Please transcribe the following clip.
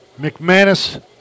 McManus